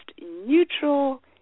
neutral